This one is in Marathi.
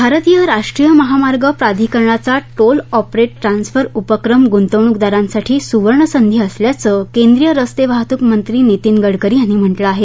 भारतीय राष्ट्रीय महामार्ग प्राधिकरणाचा टोल ऑपरेट ट्रान्सफर उपक्रम गुंतवणूकदारांसाठी सुवर्णसंधी असल्याचं केंद्रीय रस्ते वाहतूक मंत्री नितीन गडकरी यांनी म्हटलं आहे